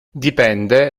dipende